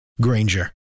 Granger